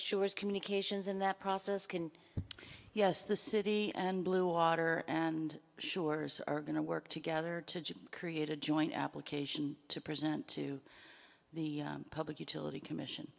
shores communications in that process can yes the city and bluewater and sure's are going to work together to create a joint application to present to the public utility commission